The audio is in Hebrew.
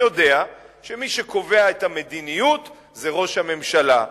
יודע שמי שקובע את המדיניות זה ראש הממשלה.